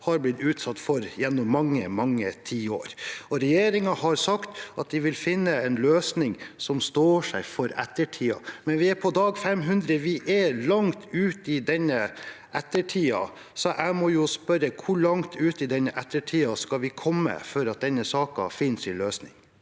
har blitt utsatt for gjennom mange, mange tiår. Regjeringen har sagt at de vil finne en løsning som står seg for ettertiden, men vi er på dag nummer 500, vi er langt ut i denne ettertiden, så jeg må spørre: Hvor langt ut i denne ettertiden skal vi komme før denne saken finner sin løsning?